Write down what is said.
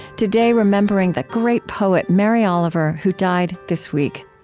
today, remembering the great poet mary oliver who died this week.